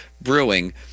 Brewing